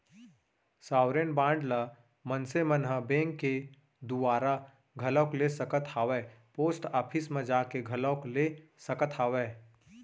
sovereign bond ल मनसे मन ह बेंक के दुवारा घलोक ले सकत हावय पोस्ट ऑफिस म जाके घलोक ले सकत हावय